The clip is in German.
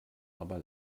aber